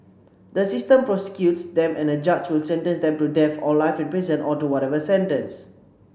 the system prosecutes them and a judge will sentence them to death or life in prison or to whatever sentence